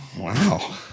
Wow